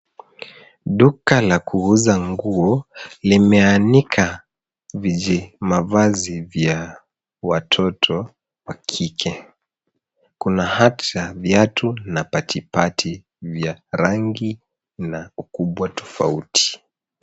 Duka la kuuza nguo, limeanika vijimavazi vya watoto wa kike. Kuna hut , viatu, na patipati vya rangi na ukubwa tofauti.